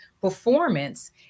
performance